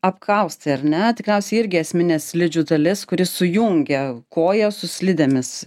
apkaustai ar ne tikriausiai irgi esminė slidžių dalis kuri sujungia koją su slidėmis